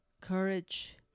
courage